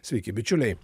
sveiki bičiuliai